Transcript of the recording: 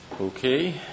Okay